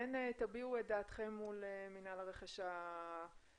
כן תביעו את דעתכם מול מינהל הרכש הממשלתי